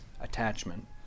attachment